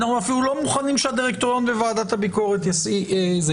אלא אתם אפילו לא מוכנים שהדירקטוריון וועדת הביקורת יהיו.